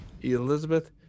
Elizabeth